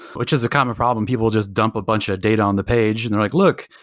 which is a common problem. people just dump a bunch of data on the page and they're like, look.